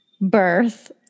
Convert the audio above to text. birth